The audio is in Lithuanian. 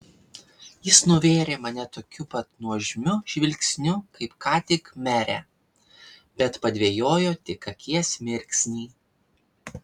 jis nuvėrė mane tokiu pat nuožmiu žvilgsniu kaip ką tik merę bet padvejojo tik akies mirksnį